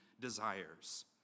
desires